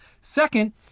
Second